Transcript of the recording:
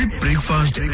breakfast